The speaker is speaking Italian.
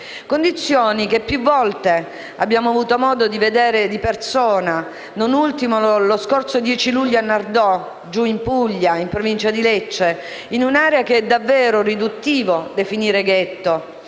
condizioni che più volte abbiamo avuto modo di vedere di persona, non ultimo lo scorso 10 luglio a Nardò, in Puglia, in Provincia di Lecce, in un'area che davvero è riduttivo definire un ghetto.